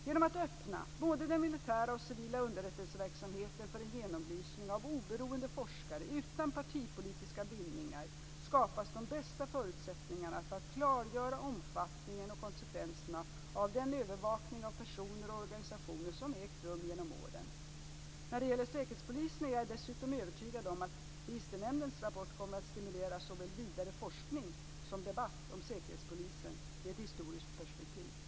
Genom att öppna både den militära och civila underrättelseverksamheten för en genomlysning av oberoende forskare utan partipolitiska bindningar skapas de bästa förutsättningarna för att klargöra omfattningen och konsekvenserna av den övervakning av personer och organisationer som ägt rum genom åren. När det gäller Säkerhetspolisen är jag dessutom övertygad om att Registernämndens rapport kommer att stimulera såväl vidare forskning som debatt om Säkerhetspolisen i ett historiskt perspektiv.